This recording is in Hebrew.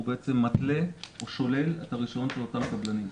הוא מתלה או שולל את הרישיונות של אותם הקבלנים.